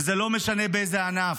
וזה לא משנה באיזה ענף,